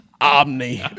Omni